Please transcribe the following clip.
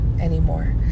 anymore